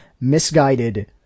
misguided